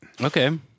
Okay